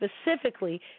specifically